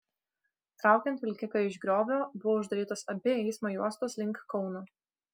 traukiant vilkiką iš griovio buvo uždarytos abi eismo juostos link kauno